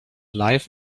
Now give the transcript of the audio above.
life